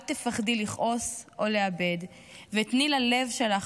אל תפחדי לכעוס או לאבד / ותני ללב שלך